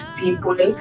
people